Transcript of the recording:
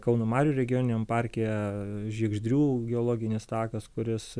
kauno marių regioniniam parke žiegždrių geologinis takas kuris